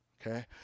okay